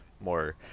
more